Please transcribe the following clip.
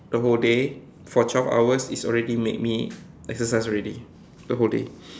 the whole day for twelve hours it's already made me exercise already the whole day